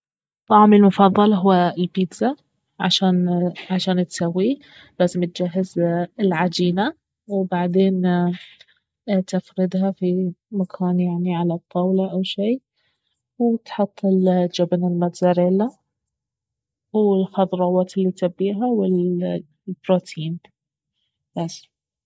طعامي المفضل اهو البيتزا عشان عشان تسويه لازم تجهز العجينة وبعدين تفردها في مكان يعني على الطاولة او شي وتحط الجبن الموزريلا والخضراوات الي تبيها والبروتين بس